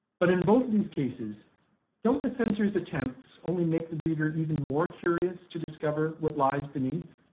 but in both these cases don't the censors' attempts only make the reader even more curious to discover what lies beneath?